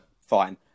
fine